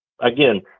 again